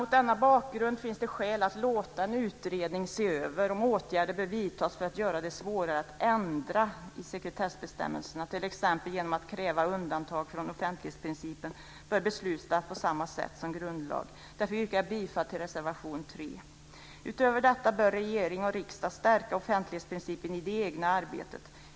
Mot denna bakgrund finns det skäl att låta en utredning se över om åtgärder bör vidtas för att göra det svårare att ändra i sekretessbestämmelserna t.ex. genom att kräva att undantag från offentlighetsprincipen bör beslutas på samma sätt som grundlag. Därför yrkar jag bifall till reservation 3. Utöver detta bör regering och riksdag stärka offentlighetsprincipen i det egna arbetet.